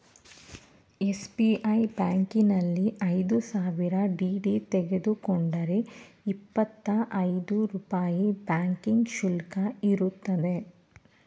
SBI ಬ್ಯಾಂಕಿನಲ್ಲಿ ಐದು ಸಾವಿರ ಡಿ.ಡಿ ತೆಗೆದುಕೊಂಡರೆ ಇಪ್ಪತ್ತಾ ಐದು ರೂಪಾಯಿ ಬ್ಯಾಂಕಿಂಗ್ ಶುಲ್ಕ ಇರುತ್ತದೆ